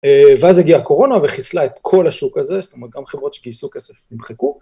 ואז הגיעה קורונה וחיסלה את כל השוק הזה, זאת אומרת, גם חברות שגייסו כסף נמחקו.